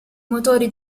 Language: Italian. motori